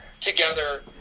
together